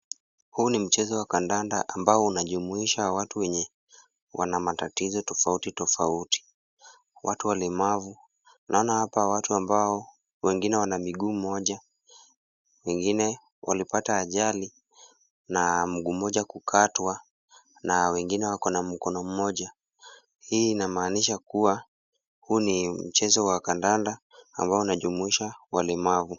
Huu ni mchezo wa kandanda ambao unajumuisha watu wenye wanamatatizo tofauti tofauti. Watu walemavu, naona hapa watu ambao wengine wana miguu moja, wengine walipata ajali na mguu mmoja kukatwa, na wengine wako na mkono mmoja. Hii inamaanisha kuwa, huu ni mchezo wa kandanda ambao unajumuisha walemavu.